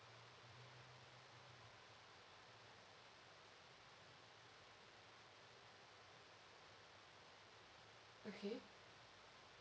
okay